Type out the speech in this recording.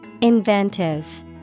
Inventive